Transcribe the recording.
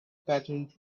patterned